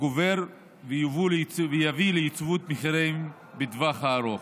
הגובר ויביאו ליציבות מחירים בטווח הארוך.